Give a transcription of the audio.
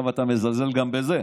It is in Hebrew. עכשיו אתה מזלזל גם בזה,